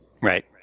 Right